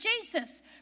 Jesus